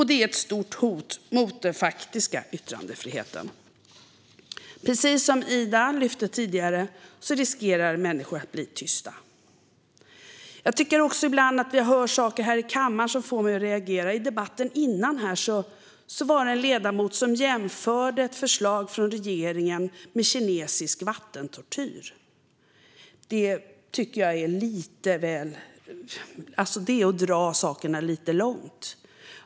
Det är ett stort hot mot den faktiska yttrandefriheten. Precis som Ida sa tidigare riskerar människor att bli tysta. Jag hör ibland saker här i kammaren som får mig att reagera. I den tidigare debatten här var det en ledamot som jämförde ett förslag från regeringen med kinesisk vattentortyr. Det tycker jag är att dra det väl långt.